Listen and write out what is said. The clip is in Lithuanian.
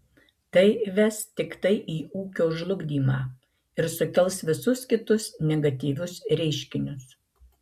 tai ves tiktai į ūkio žlugdymą ir sukels visus kitus negatyvius reiškinius